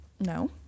No